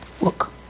Look